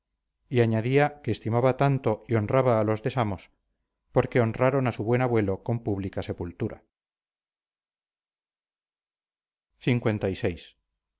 y añadía que estimaba tanto y honraba a los de samos porque honraron a su buen abuelo con pública sepultura lvi pasado ya días